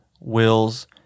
wills